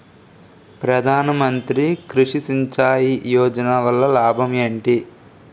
ప్రధాన మంత్రి కృషి సించాయి యోజన వల్ల లాభం ఏంటి?